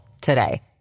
today